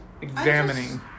examining